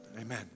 Amen